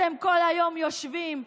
אתם כל היום יושבים,